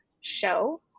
show